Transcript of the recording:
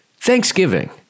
Thanksgiving